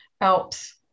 Alps